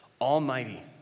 Almighty